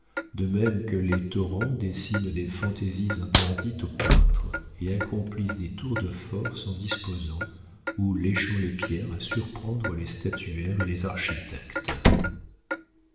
de même que les torrents dessinent des fantaisies interdites aux peintres et accomplissent des tours de force en disposant ou léchant les pierres à surprendre les statuaires et les architectes